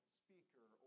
speaker